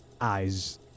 eyes